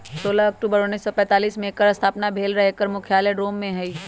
सोलह अक्टूबर उनइस सौ पैतालीस में एकर स्थापना भेल रहै एकर मुख्यालय रोम में हइ